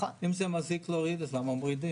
אם זה מזיק, למה מזיקים?